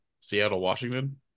Seattle-Washington